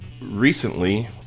Recently